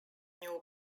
new